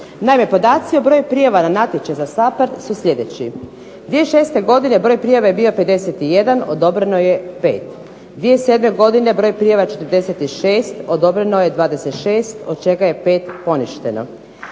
Naime, podaci o broju prijava na natječaj za SAPHARD su sljedeći: 2006. godine broj prijava je bio 51, odobreno je 5; 2007. godine broj prijava 46, odobreno je 26 od čega je 5 poništeno;